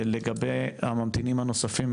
לגבי הממתינים הנוספים,